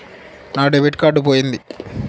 నా debit card పోయింది